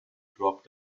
drop